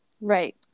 Right